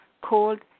called